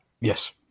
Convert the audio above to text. yes